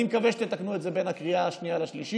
אני מקווה שתתקנו את זה בין הקריאה השנייה לשלישית.